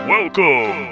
Welcome